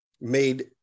made